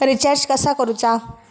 Recharge कसा करूचा?